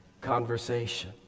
conversation